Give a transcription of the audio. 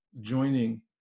joining